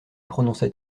prononça